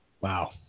Wow